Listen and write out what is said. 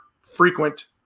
frequent